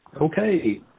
Okay